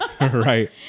Right